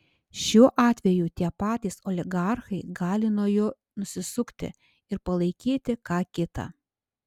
šiuo atveju tie patys oligarchai gali nuo jo nusisukti ir palaikyti ką kitą